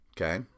Okay